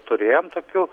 turėjom tokių